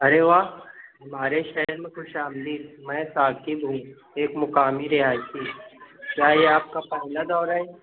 ارے واہ ہمارے شہر میں خوش آمدید میں ثاقب ہوں ایک مقامی رہائشی کیا یہ آپ کا پہلا دورہ ہے